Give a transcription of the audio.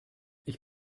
ich